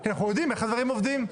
כי אנחנו יודעים איך הדברים עובדים.